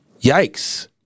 yikes